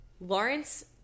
Lawrence